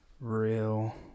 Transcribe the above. real